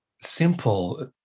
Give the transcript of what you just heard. simple